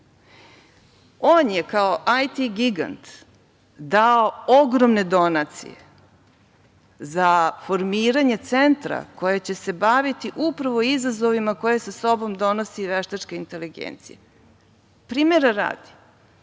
On je kao IT gigant dao ogromne donacije za formiranje centra koji će se baviti upravo izazovima koje sa sobom donosi veštačka inteligencija. Primera radi,